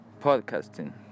podcasting